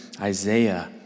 Isaiah